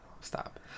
stop